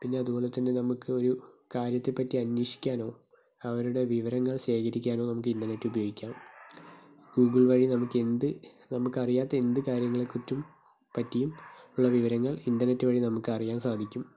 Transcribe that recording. പിന്നെ അതുപോലെത്തന്നെ നമുക്ക് ഒരു കാര്യത്തെ പറ്റി അന്വേഷിക്കാനോ അവരുടെ വിവരങ്ങൾ ശേഖരിക്കാനോ നമുക്ക് ഇൻ്റർനെറ്റ് ഉപയോഗിക്കാം ഗൂഗിൾ വഴി നമുക്കെന്ത് നമുക്ക് അറിയാത്ത എന്ത് കാര്യങ്ങളെക്കുറിച്ചും പറ്റിയും ഉള്ള വിവരങ്ങൾ ഇൻ്റർനെറ്റ് വഴി നമുക്ക് അറിയാൻ സാധിക്കും